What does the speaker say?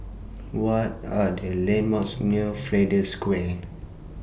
What Are The landmarks near Flanders Square